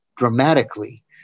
dramatically